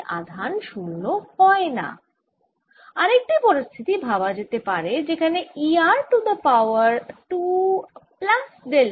সংক্ষিপ্ত করে আবার বলে দিই আমি এই গোলক টি নিয়েছি ও এই দুটি ছোট পৃষ্ঠের জন্য তড়িৎ ক্ষেত্রের বিচার করতে চাইছি আমরা পেয়েছি E সমান সিগমা k গুন d omega r 2 to the power delta minus r 1 to the power delta